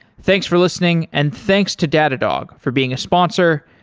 thanks for listening and thanks to datadog for being a sponsor.